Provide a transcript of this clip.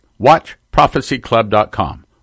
WatchProphecyClub.com